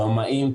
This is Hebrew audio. במאים,